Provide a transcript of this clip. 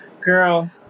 Girl